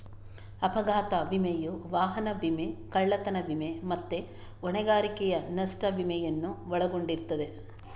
ಅಪಘಾತ ವಿಮೆಯು ವಾಹನ ವಿಮೆ, ಕಳ್ಳತನ ವಿಮೆ ಮತ್ತೆ ಹೊಣೆಗಾರಿಕೆಯ ನಷ್ಟ ವಿಮೆಯನ್ನು ಒಳಗೊಂಡಿರ್ತದೆ